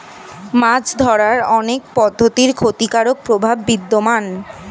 মাছ ধরার অনেক পদ্ধতির ক্ষতিকারক প্রভাব বিদ্যমান